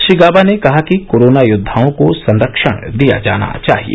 श्री गाबा ने कहा कि कोरोना योद्वाओं को संरक्षण दिया जाना चाहिए